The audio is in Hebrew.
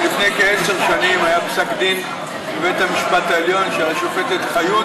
לפני כעשר שנים היה פסק דין בבית המשפט העליון של השופטת חיות,